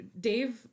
Dave